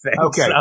Okay